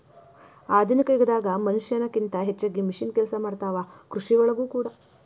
ಆಧುನಿಕ ಯುಗದಾಗ ಮನಷ್ಯಾನ ಕಿಂತ ಹೆಚಗಿ ಮಿಷನ್ ಕೆಲಸಾ ಮಾಡತಾವ ಕೃಷಿ ಒಳಗೂ ಕೂಡಾ